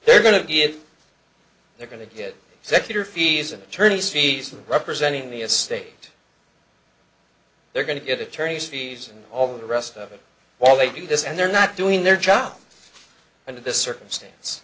they're going to get they're going to get executor fees and attorneys fees representing the estate they're going to get attorney's fees and all the rest of it while they do this and they're not doing their job and in this circumstance